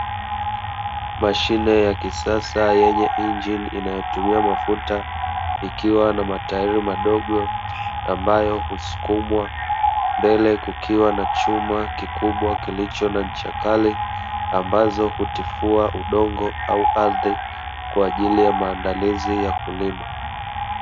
Mashine ya kisasa yenye injini inayotumia mafuta, ikiwa na matairi madogo ambayo husukumwa mbele kukiwa na chuma kikubwa kilicho na ncha kali ambazo hutifua udongo au ardhi kwaajili ya maandalizi ya kulima.